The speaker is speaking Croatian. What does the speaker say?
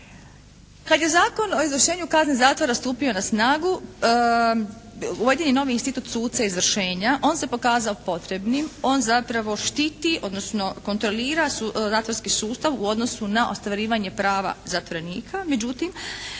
Kad je Zakon o izvršenju kazne zatvora stupio na snagu uveden je novi institut suca izvršenja, on se pokazao potrebnim, on zapravo štiti, odnosno kontrolira zatvorski sustav u odnosu na ostvarivanje prava zatvorenika, međutim